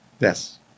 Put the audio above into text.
Yes